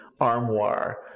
armoire